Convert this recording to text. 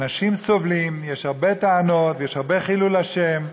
אנשים סובלים, יש הרבה טענות, יש הרבה חילול השם,